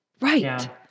Right